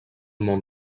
món